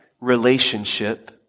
relationship